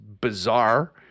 bizarre